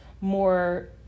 more